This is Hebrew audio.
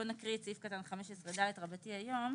בואו נקריא את סעיף קטן (ד) בסעיף 15ז רבתי היום.